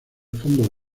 fondo